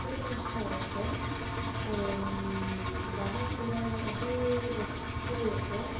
ᱟᱹᱛᱩᱨᱮᱱ ᱦᱚᱲᱠᱚ ᱵᱟᱦᱟ ᱥᱚᱨᱦᱟᱭ ᱟᱹᱰᱤ ᱨᱟᱹᱥᱠᱟᱹᱭᱟᱠᱚ